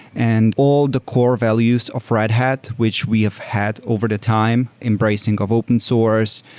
and all the core values of red hat which we have had over the time embracing of open sores,